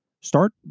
start